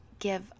Give